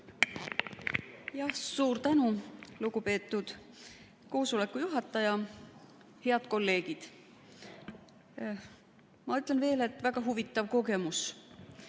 Suur tänu, lugupeetud koosoleku juhataja! Head kolleegid! Ma ütlen veel, et väga huvitav kogemus.